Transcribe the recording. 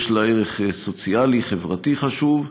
יש לה ערך סוציאלי חברתי חשוב,